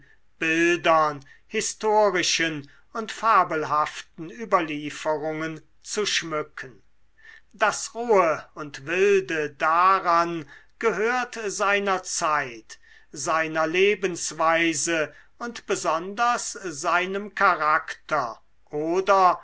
bildern historischen und fabelhaften überlieferungen zu schmücken das rohe und wilde daran gehört seiner zeit seiner lebensweise und besonders seinem charakter oder